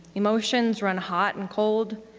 emotions run hot and cold.